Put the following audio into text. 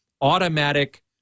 Automatic